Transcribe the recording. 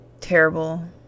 terrible